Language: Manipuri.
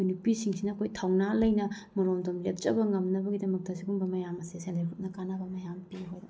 ꯑꯩꯈꯣꯏ ꯅꯨꯄꯤꯁꯤꯡꯁꯤꯅ ꯑꯩꯈꯣꯏ ꯊꯧꯅꯥ ꯂꯩꯅ ꯃꯔꯣꯝꯗꯣꯝ ꯂꯦꯞꯆꯕ ꯉꯝꯅꯕꯒꯤꯗꯃꯛꯇ ꯁꯤꯒꯨꯝꯕ ꯃꯌꯥꯝ ꯑꯁꯦ ꯁꯦꯜꯐ ꯍꯦꯜꯞ ꯒ꯭ꯔꯨꯞꯅ ꯀꯥꯟꯅꯕ ꯃꯌꯥꯝ ꯄꯤ ꯑꯩꯈꯣꯏꯗ